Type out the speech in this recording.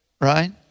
right